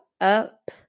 up